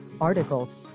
articles